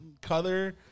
color